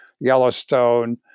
Yellowstone